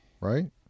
right